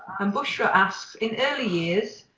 um bushra asks, in early years,